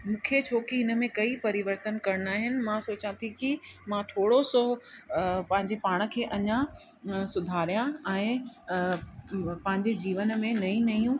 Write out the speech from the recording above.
मूंखे छोकी हिन में कई परिवर्तन करिणा आहिनि मां सोचा थी की मां थोरो सो पंहिंजे पाण खे अञा सुधारियां ऐं पंहिंजे जीवन में नईं नयूं